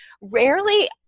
rarely